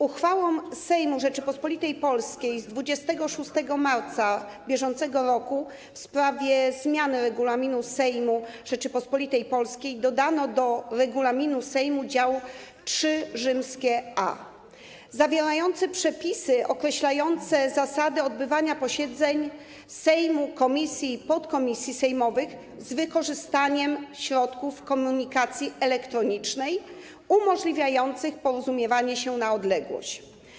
Uchwałą Sejmu Rzeczypospolitej Polskiej z 26 marca br. w sprawie zmiany Regulaminu Sejmu Rzeczypospolitej Polskiej dodano do regulaminu Sejmu dział IIIa zawierający przepisy określające zasady odbywania posiedzeń Sejmu, komisji i podkomisji sejmowych z wykorzystaniem środków komunikacji elektronicznej umożliwiających porozumiewanie się na odległość.